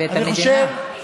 ואת המדינה.